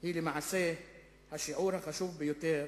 היא למעשה השיעור החשוב ביותר